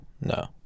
no